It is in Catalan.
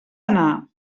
anar